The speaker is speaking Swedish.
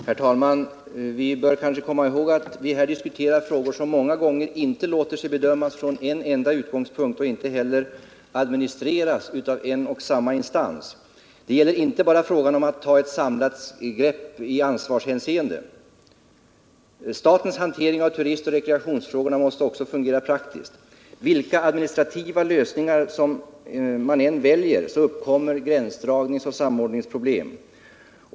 Herr talman! Vi bör kanske komma ihåg att vi här diskuterar frågor som många gånger inte låter sig bedömas från en enda utgångspunkt och inte heller administreras av en och samma instans. Det gäller inte bara frågan om att ta ett samlat grepp i ansvarshänseende. Statens hantering av turistoch rekreationsfrågorna måste också fungera praktiskt. Vilka administrativa lösningar man än väljer så uppkommer gränsdragningsoch samordningsproblem.